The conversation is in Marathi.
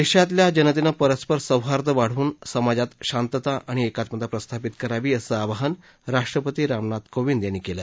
देशातल्या जनतेनं परस्पर सौहार्द वाढवून समाजात शांतता आणि एकात्मता प्रस्थापित करावी असं आवाहन राष्ट्रपती रामनाथ कोविंद यांनी केलं